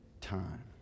time